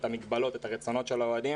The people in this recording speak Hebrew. את המגבלות ואת הרצונות של האוהדים.